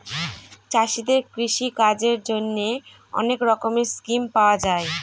চাষীদের কৃষিকাজের জন্যে অনেক রকমের স্কিম পাওয়া যায়